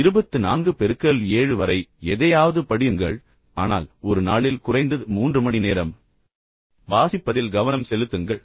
எனவே இருபத்து நான்கு பெருக்கல் ஏழு வரை எதையாவது படியுங்கள் ஆனால் ஒரு நாளில் குறைந்தது மூன்று மணி நேரம் வாசிப்பதில் கவனம் செலுத்துங்கள்